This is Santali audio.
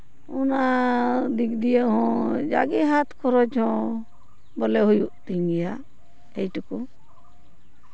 ᱚᱱᱟ ᱫᱤᱠ ᱫᱤᱭᱮ ᱦᱚᱸ ᱡᱟᱜᱮ ᱦᱟᱛ ᱠᱷᱚᱨᱚᱪ ᱦᱚᱸ ᱵᱚᱞᱮ ᱦᱩᱭᱩᱜ ᱛᱤᱧ ᱜᱮᱭᱟ ᱮᱭᱴᱩᱠᱩ